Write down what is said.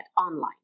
online